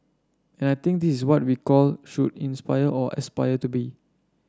and I think this is what we call should inspire or aspire to be